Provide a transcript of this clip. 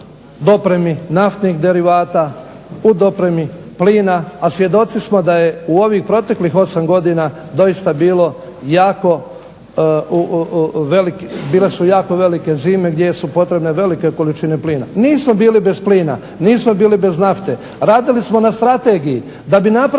dopremi naftnih derivata, u dopremi plina, a svjedoci smo da je u ovih proteklih 8 godina doista bilo jako velik, bile su jako velike zime gdje su potrebne velike količine plina. Nismo bili bez plina, nismo bili bez nafte. Radili smo na strategiji da bi napravili